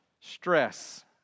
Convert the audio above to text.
stress